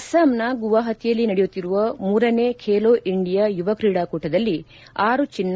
ಅಸ್ಸಾಂನ ಗುವಾಪತಿಯಲ್ಲಿ ನಡೆಯುತ್ತಿರುವ ಮೂರನೇ ಖೇಲೋ ಇಂಡಿಯಾ ಯುವ ಕ್ರೀಡಾಕೂಟದಲ್ಲಿ ಆರು ಚಿನ್ನ